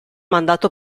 mandato